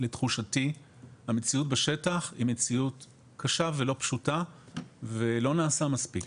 לתחושתי המציאות בשטח היום היא מציאות קשה ולא פשוטה ולא נעשה מספיק.